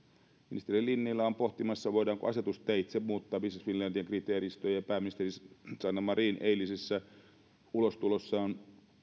ministeri lintilä on pohtimassa voidaanko asetusteitse muuttaa business finlandin kriteeristöjä ja pääministeri sanna marin eilisessä ulostulossaan